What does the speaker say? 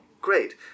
great